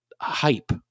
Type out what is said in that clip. hype